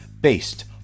based